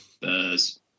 Buzz